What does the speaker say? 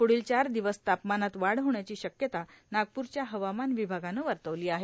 पुढील चार दिवस तापमानात वाढ होण्याची शक्यता नागपूरच्या हवामान विभागानं वर्तवली आहे